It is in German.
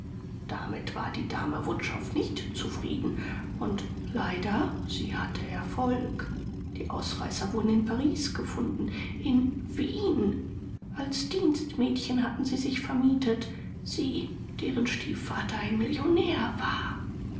damit war die dame wutschow nicht zufrieden und leider sie hatte erfolg die ausreißer wurden in wien gefunden in wien als dienstmädchen hatten sie sich vermietet sie deren stiefvater ein millionär war